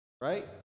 right